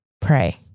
pray